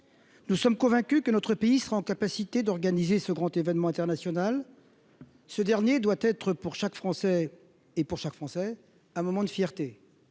Nous sommes convaincus que notre pays sera capable d'organiser ce grand événement international, qui doit être pour chaque Français et pour chaque Française un moment de fierté.